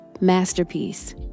masterpiece